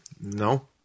No